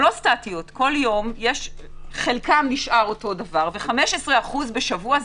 כל יום חלקן נשאר אותו דבר, ו-15% בשבוע זזים.